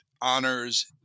honors